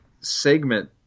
segment